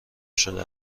شده